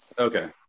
Okay